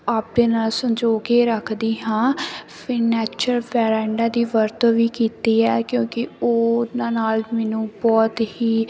ਆਪਣੇ ਨਾਲ ਸੰਜੋਅ ਕੇ ਰੱਖਦੀ ਹਾਂ ਫਿਰ ਦੀ ਵਰਤੋਂ ਵੀ ਕੀਤੀ ਹੈ ਕਿਉਂਕਿ ਉਹਨਾਂ ਨਾਲ ਮੈਨੂੰ ਬਹੁਤ ਹੀ